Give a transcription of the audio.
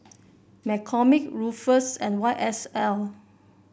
McCormick Ruffles and Y S L